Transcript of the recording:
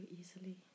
easily